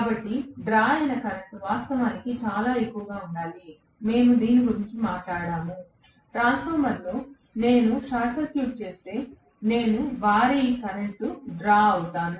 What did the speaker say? కాబట్టి డ్రా అయిన కరెంట్ వాస్తవానికి చాలా ఎక్కువగా ఉండాలి మేము దీని గురించి మాట్లాడాము ట్రాన్స్ఫార్మర్లో నేను షార్ట్ సర్క్యూట్ చేస్తే నేను భారీ కరెంట్ డ్రా అవుతాను